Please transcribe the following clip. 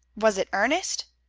was it ernest?